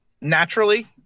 naturally